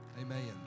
Amen